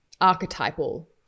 archetypal